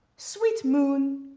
sweet moon,